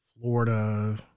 Florida